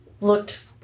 looked